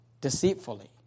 deceitfully